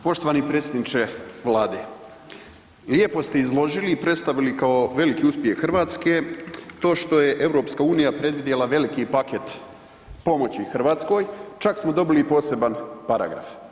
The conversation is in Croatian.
Poštovani predsjedniče Vlade lijepo ste izložili i predstavili kao veliki uspjeh Hrvatske to što je Europska unija predvidjela veliki paket pomoći Hrvatskoj, čak smo dobili i poseban paragraf.